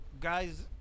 Guys